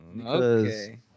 Okay